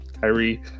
Kyrie